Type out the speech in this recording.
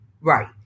Right